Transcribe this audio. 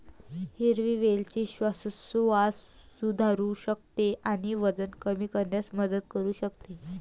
हिरवी वेलची श्वासोच्छवास सुधारू शकते आणि वजन कमी करण्यास मदत करू शकते